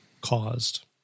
caused